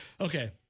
Okay